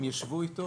הם ישבו איתו,